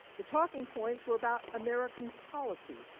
the talking points were about american policy.